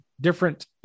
different